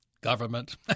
government